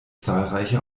zahlreiche